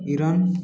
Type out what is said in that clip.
Iran